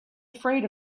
afraid